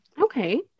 Okay